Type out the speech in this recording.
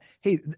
hey